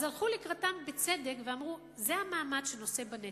אז הלכו לקראתם בצדק ואמרו: זה המעמד שנושא בנטל,